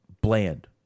bland